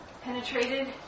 penetrated